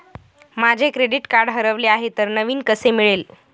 माझे credit card हरवले आहे तर नवीन कसे मिळेल?